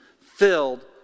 filled